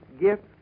gift